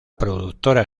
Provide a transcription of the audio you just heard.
productora